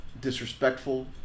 disrespectful